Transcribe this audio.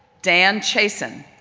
dan chiasson,